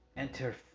Enter